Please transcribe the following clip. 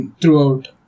throughout